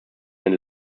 den